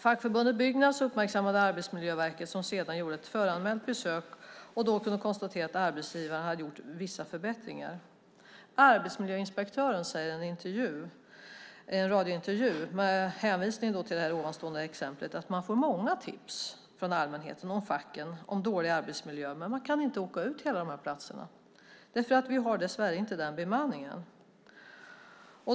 Fackförbundet Byggnads uppmärksammade Arbetsmiljöverket som senare gjorde ett föranmält besök och då kunde konstatera att arbetsgivaren hade gjort vissa förbättringar. Arbetsmiljöinspektören säger i en radiointervju med hänvisning till det här exemplet att man får många tips från allmänheten och facken om dålig arbetsmiljö. Men man kan inte åka ut till alla de här platserna: Vi har dessvärre inte den bemanningen.